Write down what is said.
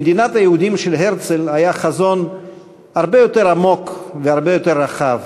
למדינת היהודים של הרצל היה חזון הרבה יותר עמוק והרבה יותר רחב,